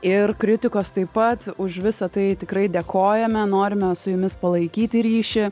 ir kritikos taip pat už visą tai tikrai dėkojame norime su jumis palaikyti ryšį